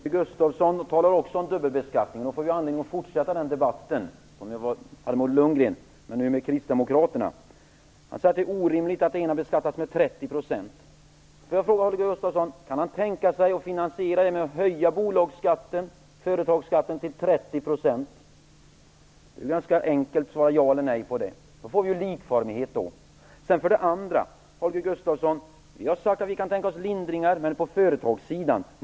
Fru talman! Också Holger Gustafsson talar om dubbelbeskattningen, och jag får då anledning att fortsätta den debatt som jag tidigare förde med Bo Lundgren men nu med en kristdemokrat. Holger Gustafsson säger att det är orimligt att den ena faktorn beskattas med 30 %. Låt mig fråga Holger Gustafsson om han kan tänka sig att finansiera detta med att höja företagsskatten till 30 %. Det är ganska enkelt att svara ja eller nej på det. Med en sådan åtgärd får vi en likformighet. Vi har vidare sagt, Holger Gustafsson, att vi kan tänka oss lindringar, men på företagssidan.